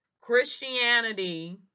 Christianity